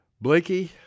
Blakey